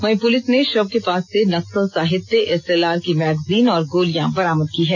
वहीं पुलिस ने शव के पास से नक्सल साहित्य एसएलआर की मैगजीन और गोलियां बरामद की है